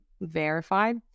verified